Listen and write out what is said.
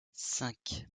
cinq